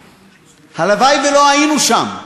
הלוואי שלא היינו שם,